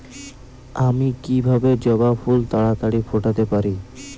আমি কিভাবে জবা ফুল তাড়াতাড়ি ফোটাতে পারি?